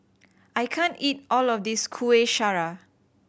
I can't eat all of this Kuih Syara